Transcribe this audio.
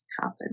happen